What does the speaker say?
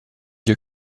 your